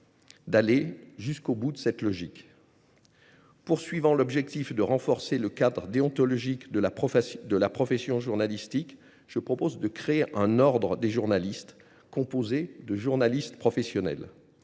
d’aller au bout de cette logique. Dans l’objectif de renforcer le cadre déontologique de la profession journalistique, je propose de créer un ordre des journalistes, composé de journalistes professionnels.